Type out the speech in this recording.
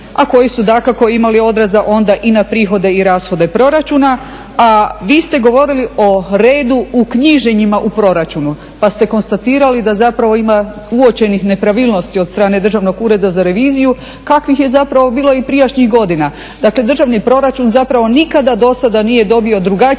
a koji su dakako imali odraza onda i na prihode i rashode proračuna, a vi ste govorili o redu u knjiženima u proračunu. Pa ste konstatirali da ima uočenih nepravilnosti od strane Državnog ureda za reviziju kakvih je bilo i prijašnjih godina. Dakle državni proračun nikada do sada nije dobio drugačije